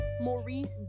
Maurice